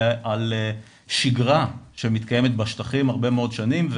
אלא על שגרה שמתקיימת בשטחים הרבה מאוד שנים.